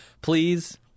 please